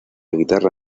guitarra